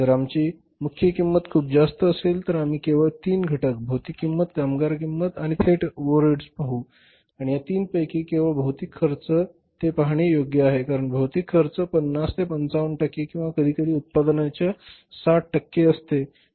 जर आमची मुख्य किंमत खूप जास्त असेल तर आम्ही केवळ तीन घटक भौतिक किंमत कामगार किंमत आणि इतर थेट ओव्हरहेड्स पाहू आणि या तीन पैकी केवळ भौतिक खर्च उदाहरणार्थ ते पाहणे योग्य आहे कारण भौतिक खर्च 50 ते 55 टक्के किंवा कधीकधी उत्पादनाच्या एकूण किंमतीच्या 60 टक्के असते